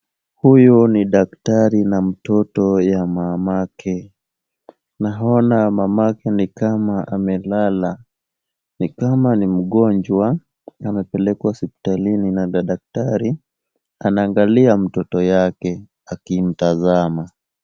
Huyu ni daktari na mtoto ya mamake. Naona mamake ni kama amelala. Ni kama ni mgonjwa amepelekwa hospitalini na daktari anaangalia mtoto yake akimtazama.